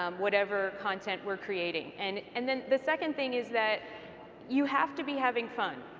um whatever content we are creating. and and then the second thing is that you have to be having fun.